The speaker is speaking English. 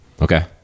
Okay